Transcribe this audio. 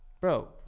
bro